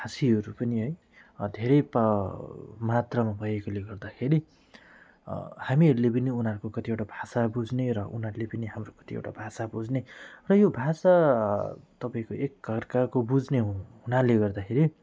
भाषीहरू पनि है धेरै पा मात्रामा भएकोले गर्दाखेरि हामीहरूले पनि उनीहरूको कतिवटा भाषा बुझ्ने र उनीहरूले पनि हाम्रो कतिवटा भाषा बुझ्ने र यो भाषा तपाईँको एकाअर्काको बुझ्ने हुनाले गर्दाखेरि